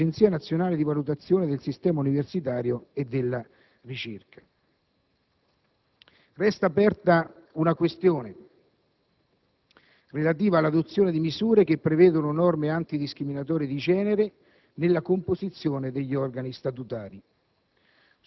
Agenzia nazionale di valutazione dell'università e della ricerca. Resta aperta una questione relativa all'adozione di misure che prevedono norme antidiscriminatorie di genere nella composizione degli organi statutari.